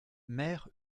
mère